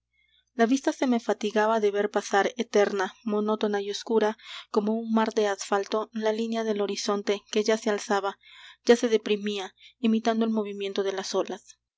la vista se me fatigaba de ver pasar eterna monótona y oscura como un mar de asfalto la línea del horizonte que ya se alzaba ya se deprimía imitando el movimiento de las olas